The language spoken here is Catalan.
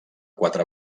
quatre